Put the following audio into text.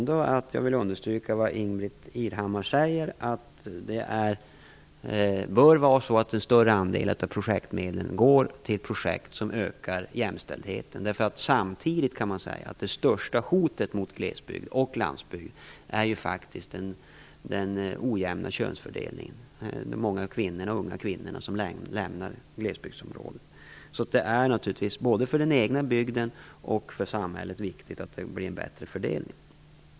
Det oaktat vill jag understryka vad Ingbritt Irhammar säger, dvs. att det bör vara så att en större andel av projektmedlen går till projekt som ökar jämställdheten. Samtidigt kan man säga att det största hotet mot glesbygd och landsbygd är den ojämna könsfördelningen. Det är många unga kvinnor som lämnar glesbygdsområden. Det är naturligtvis viktigt, både för den egna bygden och för samhället, att fördelningen blir bättre.